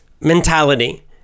mentality